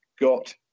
got